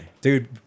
Dude